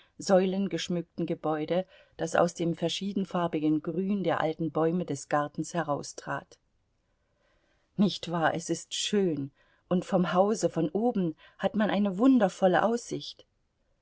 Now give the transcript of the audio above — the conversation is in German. säulengeschmückten gebäude das aus dem verschiedenfarbigen grün der alten bäume des gartens heraustrat nicht wahr es ist schön und vom hause von oben hat man eine wundervolle aussicht